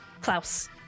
Klaus